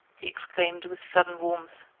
he exclaimed with sudden warmth.